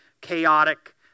chaotic